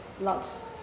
loves